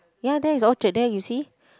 ya that is all Cheddar you see